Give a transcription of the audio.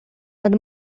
над